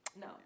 No